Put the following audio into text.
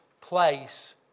place